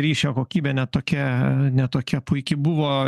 ryšio kokybė ne tokia ne tokia puiki buvo